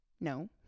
no